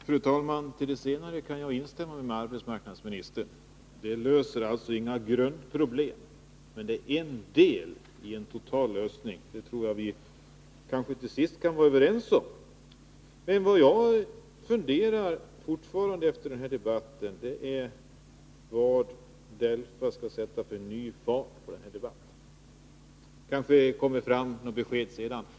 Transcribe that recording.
Fru talman! Beträffande det senare kan jag instämma med arbetsmarknadsministern — det löser inga grundproblem. Men det är en del av den totala lösningen — det tror jag att vi kanske till sist kan vara överens om. Vad jag efter denna debatt fortfarande funderar på är vad DELFA skall sätta för ny fart på debatten. Kanske kommer det fram något besked senare.